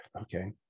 Okay